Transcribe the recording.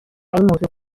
موضوع